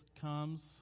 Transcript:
comes